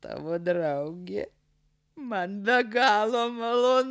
tavo draugėman be galo malonu